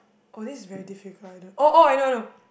oh this very difficult I don't oh oh I know I know